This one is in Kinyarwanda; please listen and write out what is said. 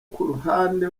kuruhande